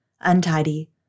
untidy